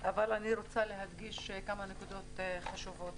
אבל אני רוצה להדגיש כמה נקודות חשובות: